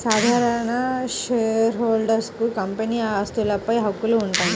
సాధారణ షేర్హోల్డర్లకు కంపెనీ ఆస్తులపై హక్కులు ఉంటాయి